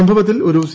സംഭവത്തിൽ ഒരു സി